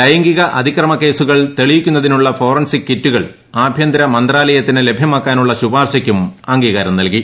ലൈംഗിക അതിക്രമ കേസുകൾ തെളിയിക്കുന്നതിനുള്ള ഫോറൻസിക് കിറ്റുകൾ ആഭൃന്തരമന്ത്രാലയത്തിന് ലഭൃമാക്കാനുളള ശുപാർശയ്ക്കും അംഗീകാരം നൽകി